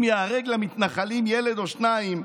אם ייהרג למתנחלים ילד או שנים,